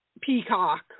Peacock